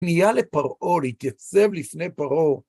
נהיה לפרעה, התייצב לפני פרעה.